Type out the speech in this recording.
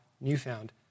newfound